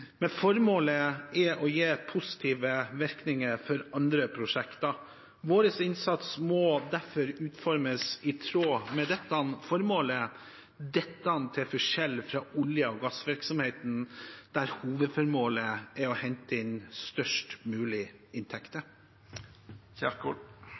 Men formålet er å gi positive virkninger for andre prosjekter, og vår innsats må derfor utformes i tråd med dette formålet – til forskjell fra olje- og gassvirksomheten, der hovedformålet er å hente inn størst